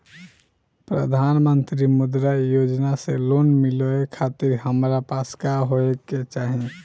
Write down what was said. प्रधानमंत्री मुद्रा योजना से लोन मिलोए खातिर हमरा पास का होए के चाही?